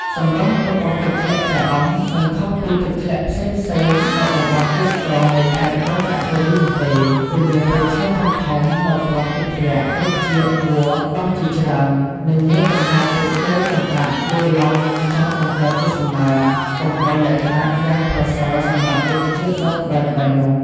សម្រស់របស់ទឹកធ្លាក់ចាអុង មិនខុសពីទឹកធ្លាក់ផ្សេងៗនៅតំបន់ទេសចណ៍នៃខេត្តរតនគិរីនោះទេ គឺមានព្រៃឈើធំៗនៅព័ទ្ធទឹកធ្លាក់ រុក្ខជាតិវល្លិ៍ដុះជាច្រើន និងមានចំហាយទឹកដូចចុះអាប់ លាយឡំនឹងខ្យល់បង្កើតជាសំណើម បង្កលក្ខណៈយ៉ាងប្រសើរសម្រាប់រុក្ខជាតិនៅក្បែរៗនោះ។